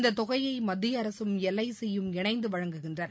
இந்த தொகையை மத்திய அரசும் எல் ஐ சி யும் இணைந்து வழங்குகிறது